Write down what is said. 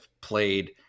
played